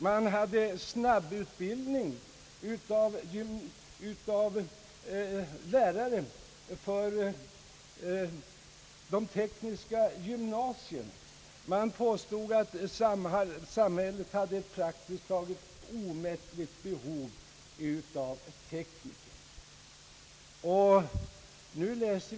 Man snabbutbildade lärare för de tekniska gymnasierna, och man påstod att samhället hade praktiskt taget omättligt behov av tekniker.